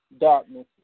darkness